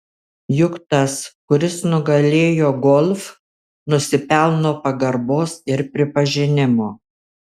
juk tas kuris nugalėjo golf nusipelno pagarbos ir pripažinimo